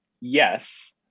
yes